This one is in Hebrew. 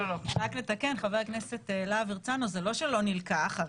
רק לתקן חבר הכנסת להב הרצנו, זה לא שלא נלקח.